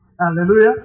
Hallelujah